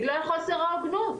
בגלל חוסר ההוגנות.